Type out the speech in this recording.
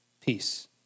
peace